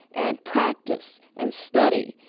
and practice, and study,